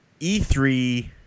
E3